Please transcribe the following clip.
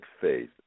faith